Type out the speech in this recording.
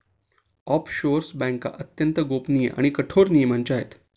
offshore बँका अत्यंत गोपनीय आणि कठोर नियमांच्या आहे